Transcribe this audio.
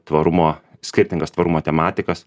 tvarumo skirtingas tvarumo tematikas